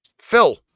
Phil